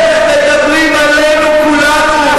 איך מדברים עלינו כולנו.